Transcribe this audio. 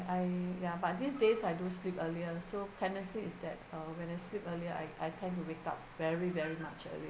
I'm ya but these days I do sleep earlier so tendency is that uh when I sleep earlier I I tend to wake up very very much earlier